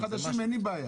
עם החדשים אין לי בעיה.